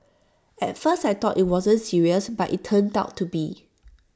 at first I thought IT wasn't serious but IT turned out to be